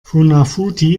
funafuti